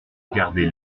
regardait